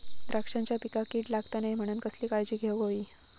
द्राक्षांच्या पिकांक कीड लागता नये म्हणान कसली काळजी घेऊक होई?